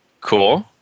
Cool